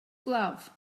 glove